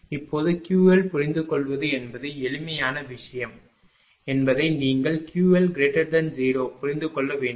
இப்போது QL புரிந்துகொள்வது என்பது எளிமையான விஷயம் என்பதை நீங்கள் QL0 புரிந்து கொள்ள வேண்டும்